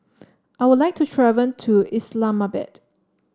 I would like to to Islamabad